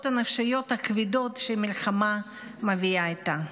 הנפשיות הכבדות שהמלחמה מביאה איתה.